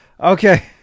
okay